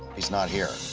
he's not here.